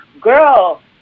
girl